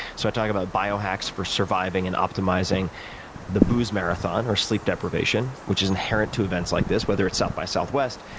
so i talk about bio-hacks for surviving and optimizing the booze marathon or sleep deprivation, which is inherent to events like this, whether it's south by southwest,